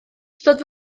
ystod